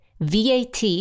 VAT